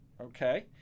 okay